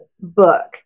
book